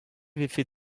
vefe